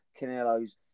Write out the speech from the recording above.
Canelo's